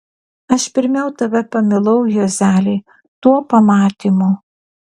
aš pirmiau tave pamilau juozeli tuo pamatymu